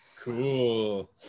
Cool